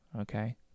okay